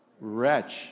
Wretch